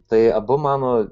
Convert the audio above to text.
tai abu mano